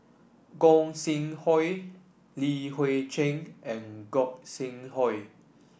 Gog Sing Hooi Li Hui Cheng and Gog Sing Hooi